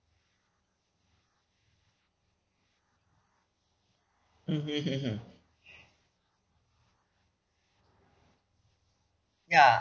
mmhmm hmm hmm ya